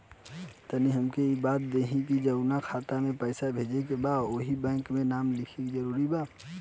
तनि हमके ई बता देही की जऊना खाता मे पैसा भेजे के बा ओहुँ बैंक के नाम लिखल जरूरी बा?